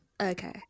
Okay